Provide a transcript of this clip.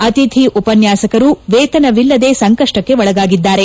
ಅತಿಥಿ ಉಪನ್ನಾಸಕರು ವೇತನವಿಲ್ಲದೆ ಸಂಕಪ್ಪಕ್ಷೆ ಒಳಗಾಗಿದ್ದಾರೆ